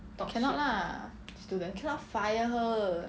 cannot lah cannot fire her